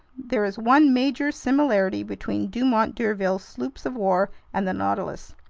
there is one major similarity between dumont d'urville's sloops of war and the nautilus.